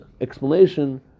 explanation